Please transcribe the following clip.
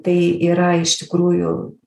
tai yra iš tikrųjų